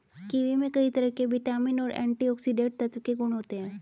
kiwi में कई तरह के विटामिन और एंटीऑक्सीडेंट तत्व के गुण होते है